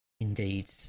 indeed